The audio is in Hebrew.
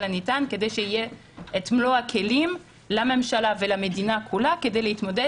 הניתן כדי שיהיה את מלוא הכלים לממשלה ולמדינה כולה כדי להתמודד